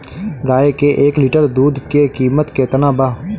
गाय के एक लिटर दूध के कीमत केतना बा?